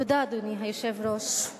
(תיקון, שינוי הגדרת "עובד"), התשע"א